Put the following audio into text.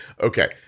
Okay